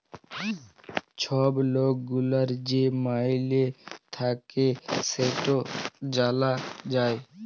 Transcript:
ছব লক গুলার যে মাইলে থ্যাকে সেট জালা যায়